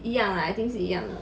一样 lah I think 一样的